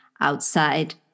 outside